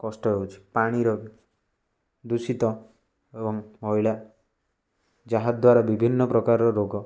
କଷ୍ଟ ହେଉଛି ପାଣିର ଦୂଷିତ ଏବଂ ମଇଳା ଯାହାଦ୍ୱାରା ବିଭିନ୍ନ ପ୍ରକାରର ରୋଗ